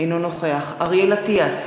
אינו נוכח אריאל אטיאס,